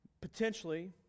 potentially